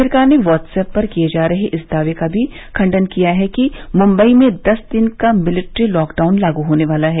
सरकार ने व्हाट्सएप पर किये जा रहे इस दावे का भी खंडन किया है कि मुंबई में दस दिन का मिलिट्री लॉकडाउन लागू होने वाला है